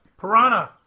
Piranha